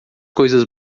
coisas